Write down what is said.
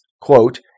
quote